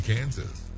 Kansas